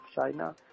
China